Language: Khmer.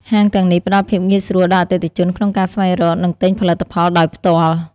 ហាងទាំងនេះផ្តល់ភាពងាយស្រួលដល់អតិថិជនក្នុងការស្វែងរក និងទិញផលិតផលដោយផ្ទាល់។